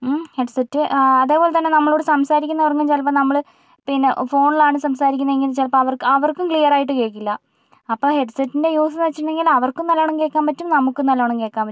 headset അതേപോലെത്തന്നെ നമ്മളോട് സംസാരിക്കുന്നവർക്കും ചിലപ്പോൾ നമ്മള് പിന്നെ ഫോണിലാണ് സംസാരിക്കുന്നതെങ്കിൽ ചിലപ്പോൾ അവർക്ക് അവർക്കും ക്ലിയറായിട്ട് കേൾക്കില്ല അപ്പോൾ ഹെഡ്സെറ്റിൻ്റെ യൂസെന്നു വെച്ചിട്ടുണ്ടെങ്കിൽ അവർക്കും നല്ലോണം കേൾക്കാൻ പറ്റും നമുക്കും നല്ലോണം കേൾക്കാൻ പറ്റും